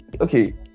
okay